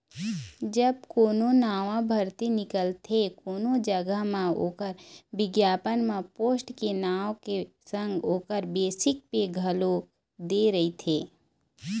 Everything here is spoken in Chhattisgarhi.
जब कोनो नवा भरती निकलथे कोनो जघा म ओखर बिग्यापन म पोस्ट के नांव के संग ओखर बेसिक पे घलोक दे रहिथे